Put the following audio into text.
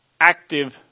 active